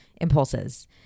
impulses